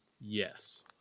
Yes